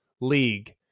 league